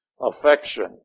affection